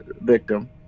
victim